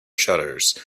shutters